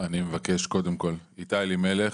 איתי אלימלך,